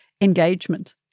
engagement